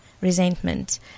resentment